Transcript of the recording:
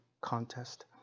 contest